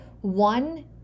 one